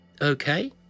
Okay